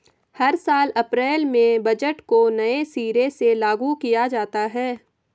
हर साल अप्रैल में बजट को नये सिरे से लागू किया जाता है